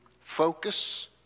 focus